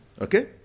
Okay